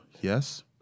Yes